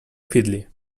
fiddly